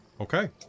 Okay